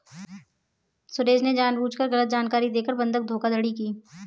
सुरेश ने जानबूझकर गलत जानकारी देकर बंधक धोखाधड़ी की